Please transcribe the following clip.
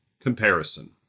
comparison